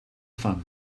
fam